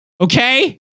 Okay